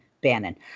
bannon